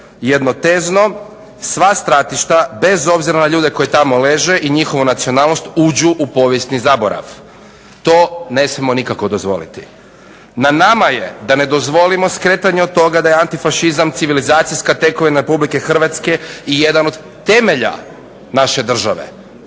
jedno Tezno, sva stratišta bez obzira na ljude koji tamo leže i njihovu nacionalnost uđu u povijesni zaborav. To ne smijemo nikako dozvoliti. Na nama je da ne dozvolimo skretanje od toga da je antifašizam civilizacijska tekovina RH i jedan od temelja naše države